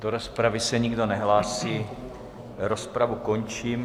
Do rozpravy se nikdo nehlásí, rozpravu končím.